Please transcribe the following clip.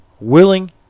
willing